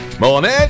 Morning